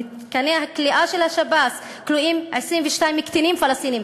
במתקני הכליאה של השב"ס כלואים 22 קטינים פלסטינים.